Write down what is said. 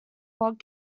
log